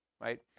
Right